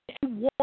one